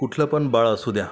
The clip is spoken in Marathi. कुठलं पण बाळ असू द्या